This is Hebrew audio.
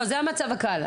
זה המצב הקל.